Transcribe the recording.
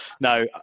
no